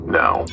now